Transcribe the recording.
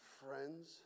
friends